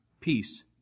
Peace